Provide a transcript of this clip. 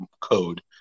code